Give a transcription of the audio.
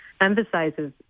emphasizes